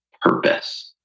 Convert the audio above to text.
purpose